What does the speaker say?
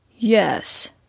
Yes